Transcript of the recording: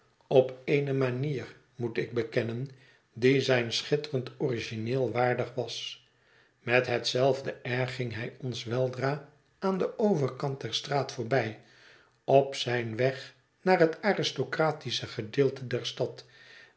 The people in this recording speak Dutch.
op eene manier moet ik bekennen die zijn schitterend origineel waardig was met hetzelfde air ging hij ons weldra aan den overkant der straat voorbij op zijn weg naar het aristocratische gedeelte der stad